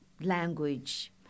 language